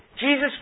Jesus